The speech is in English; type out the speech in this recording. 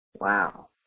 Wow